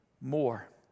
more